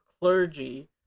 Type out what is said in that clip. clergy